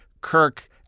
Kirk